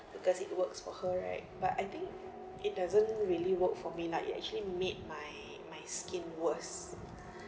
because it works for her right but I think it doesn't really work for me like it actually made my my skin worse